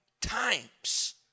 times